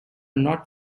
not